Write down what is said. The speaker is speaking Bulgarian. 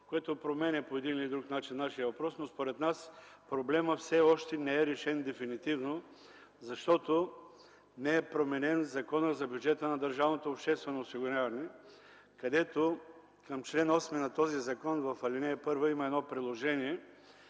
което променя по един или друг начин нашият въпрос, но според нас проблемът все още не е решен дефинитивно, защото не е променен Законът за бюджета на държавното обществено осигуряване, където към чл. 8 на този закон, в ал. 1 има едно приложение.